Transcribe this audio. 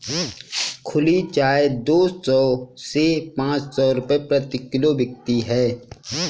खुली चाय दो सौ से पांच सौ रूपये प्रति किलो तक बिकती है